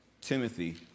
Timothy